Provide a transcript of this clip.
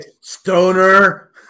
Stoner